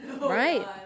Right